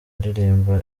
aririmba